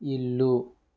ఇల్లు